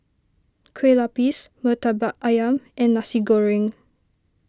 Kueh Lapis Murtabak Ayam and Nasi Goreng